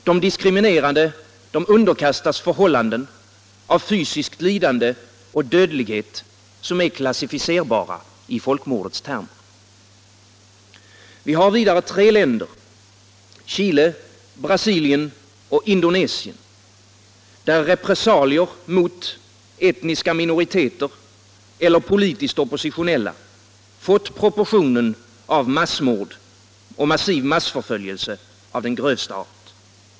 De diskriminerade underkastas förhållanden av fysiskt lidande och dödlighet som är klassificerbara i folkmordets termer. Vi har vidare tre länder, Chile, Brasilien och Indonesien, där repressalier mot etniska minoriteter eller politiskt oppositionella fått proportionen av massmord och massiv massförföljelse av grövsta art.